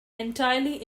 entirely